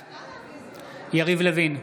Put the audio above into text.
בעד יריב לוין,